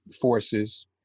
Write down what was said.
forces